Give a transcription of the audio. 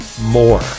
more